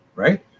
Right